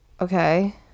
okay